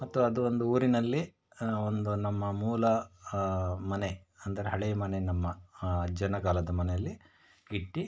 ಮತ್ತು ಅದು ಒಂದು ಊರಿನಲ್ಲಿ ಒಂದು ನಮ್ಮ ಮೂಲ ಮನೆ ಅಂದರೆ ಹಳೆಯ ಮನೆ ನಮ್ಮ ಅಜ್ಜನ ಕಾಲದ ಮನೆಯಲ್ಲಿ ಇಟ್ಟು